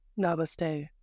Namaste